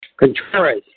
Contreras